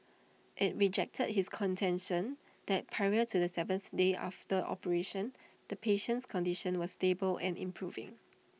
IT rejected his contention that prior to the seventh day after operation the patient's condition was stable and improving